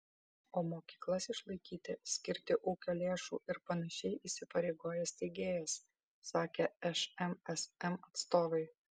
o mokyklas išlaikyti skirti ūkio lėšų ir panašiai įsipareigoja steigėjas sakė šmsm atstovai